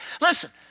Listen